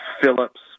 Phillips